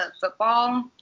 football